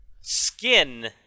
skin